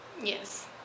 Yes